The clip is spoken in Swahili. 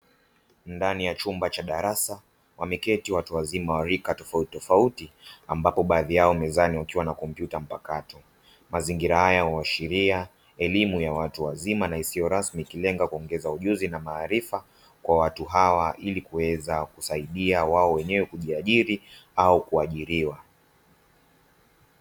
Ndani ya chumba cha darasa wameketi watu wazima wa rika tofautitofauti, ambapo baadhi yao mezani wakiwa na kompyuta mpakato. Mazingira haya huashiria elimu ya watu wazima na isiyo rasmi, ikilenga kuongeza ujuzi na maarufa kwa watu hawa ili kuweza kusaidia wao wenyewe kujiajiri au kuajiriwa.